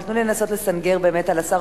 אבל תנו לי לסנגר על השר,